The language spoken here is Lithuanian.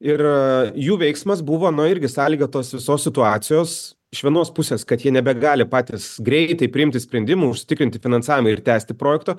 ir jų veiksmas buvo na irgi sąlygotas visos situacijos iš vienos pusės kad jie nebegali patys greitai priimti sprendimų užsitikrinti finansavimą ir tęsti projekto